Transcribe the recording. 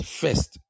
first